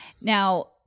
now